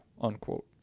Unquote